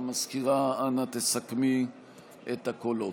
המזכירה, אנא ספרי את הקולות.